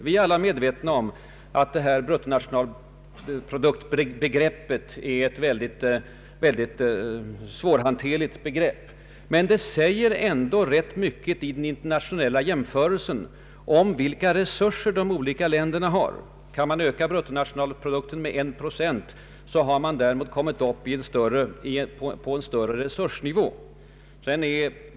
Vi är ju alla medvetna om att bruttonationalprodukten är ett mycket svårhanterligt begrepp. Men det säger ändå rätt mycket i den internationella jämförelsen om vilka resurser de olika länderna har, Kan man öka bruttonationalprodukten med en procent, har man därmed kommit upp på en högre resursnivå.